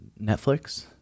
Netflix